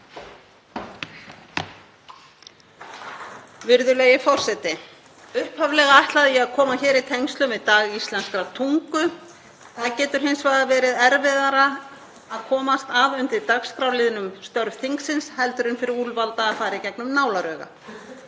Virðulegi forseti. Upphaflega ætlaði ég að koma hér í tengslum við dag íslenskrar tungu. Það getur hins vegar verið erfiðara að komast að undir dagskrárliðnum störf þingsins en fyrir úlfalda að fara í gegnum nálarauga.